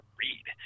read